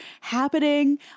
happening